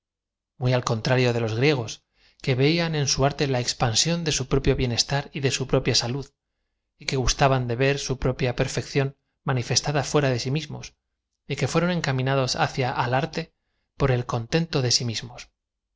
uy al contrario de los griegos que veiau en bu arte la expansión de au propio bienestar y de su propia salud y que gustaban de v e r su propia per fección manifestada fuera de si mismos y que fueron encaminados hacia al arte por el coatento de sí mia